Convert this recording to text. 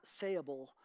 sayable